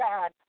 God